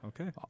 okay